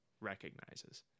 recognizes